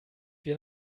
wir